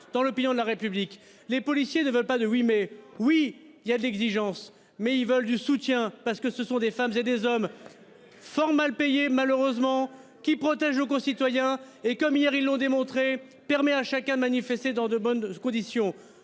dans l'opinion de la République. Les policiers ne veulent pas de lui mais oui il y a de l'exigence mais ils veulent du soutien parce que ce sont des femmes et des hommes. Fort mal payé, malheureusement qui protège nos concitoyens et comme hier, ils l'ont démontré, permet à chacun de manifester dans de bonnes ce conditions